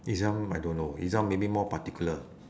izam I don't know izam maybe more particular